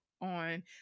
on